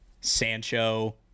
Sancho